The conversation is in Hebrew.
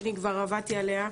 אני כבר עבדתי עליה,